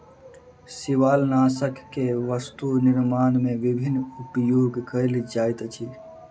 शिवालनाशक के वस्तु निर्माण में विभिन्न उपयोग कयल जाइत अछि